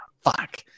fuck